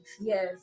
Yes